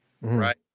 Right